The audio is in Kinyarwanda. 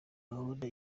gahunda